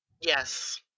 yes